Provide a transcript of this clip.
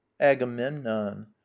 agamemnon